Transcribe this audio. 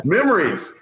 Memories